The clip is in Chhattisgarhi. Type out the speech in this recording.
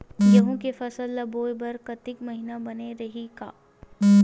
गेहूं के फसल ल बोय बर कातिक महिना बने रहि का?